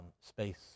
space